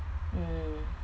mm